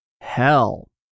hell